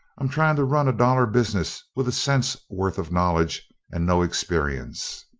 i'm trying to run a dollar business with a cent's worth of knowledge and no experience.